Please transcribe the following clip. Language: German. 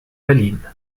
berlin